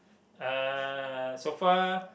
uh so far